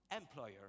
employer